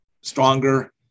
stronger